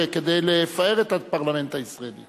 כדי לפאר את הפרלמנט הישראלי.